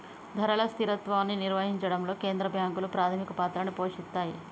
ధరల స్థిరత్వాన్ని నిర్వహించడంలో కేంద్ర బ్యాంకులు ప్రాథమిక పాత్రని పోషిత్తాయ్